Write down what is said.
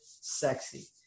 sexy